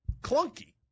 clunky